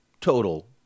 total